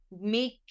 make